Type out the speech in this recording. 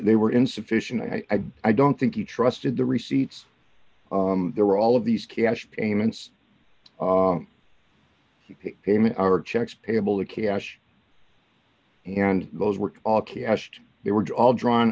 they were insufficient i i don't think he trusted the receipts there were all of these cash payments came in our checks table the cash and those were all cashed they were all drawn